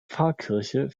pfarrkirche